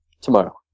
Tomorrow